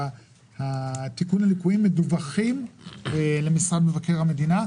תיקון הליקויים מדווח למשרד מבקר המדינה.